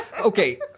Okay